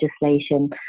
legislation